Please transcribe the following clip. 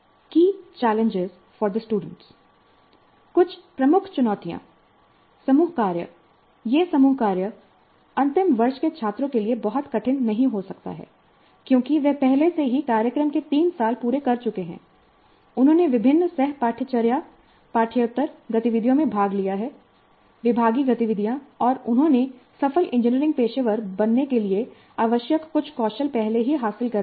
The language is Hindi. की चैलेंज फॉर द स्टूडेंट कुछ प्रमुख चुनौतियाँ समूह कार्य यह समूह कार्य अंतिम वर्ष के छात्रों के लिए बहुत कठिन नहीं हो सकता है क्योंकि वे पहले से ही कार्यक्रम के 3 साल पूरे कर चुके हैं उन्होंने विभिन्न सह पाठ्यचर्या पाठ्येतर गतिविधियों में भाग लिया है विभागीय गतिविधियाँ और उन्होंने सफल इंजीनियरिंग पेशेवर बनने के लिए आवश्यक कुछ कौशल पहले ही हासिल कर लिए हैं